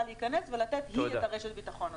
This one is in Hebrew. להיכנס ולתת היא את רשת הביטחון הזאת.